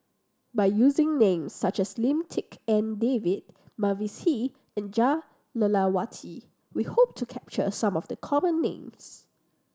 by using names such as Lim Tik En David Mavis Hee and Jah Lelawati we hope to capture some of the common names